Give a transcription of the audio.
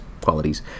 qualities